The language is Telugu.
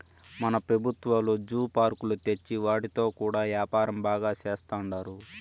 మన పెబుత్వాలు జూ పార్కులు తెచ్చి వాటితో కూడా యాపారం బాగా సేత్తండారు